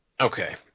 Okay